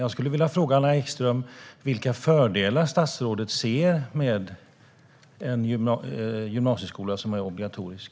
Jag skulle vilja fråga statsrådet Anna Ekström vilka fördelar hon ser med en gymnasieskola som är obligatorisk.